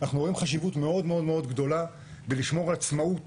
אנחנו רואים חשיבות מאוד מאוד גדולה בלשמור על עצמאות